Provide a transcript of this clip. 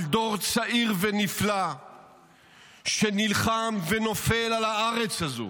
על דור צעיר ונפלא שנלחם ונופל על הארץ הזאת,